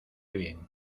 bien